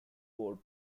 board